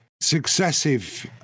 successive